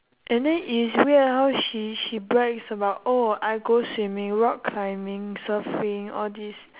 and then it is weird how she she brags about oh I go swimming rock climbing surfing all these